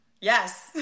yes